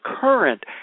current